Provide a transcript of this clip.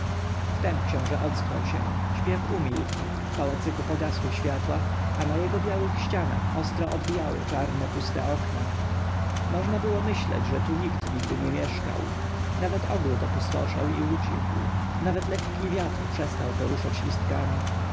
wtem książę ocknął się śpiew umilkł w pałacyku pogasły światła a na jego białych ścianach ostro odbijały czarne puste okna można było myśleć że tu nikt nigdy nie mieszkał nawet ogród opustoszał i ucichł nawenawet lekki wiatr przestał poruszać listkami